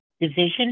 Division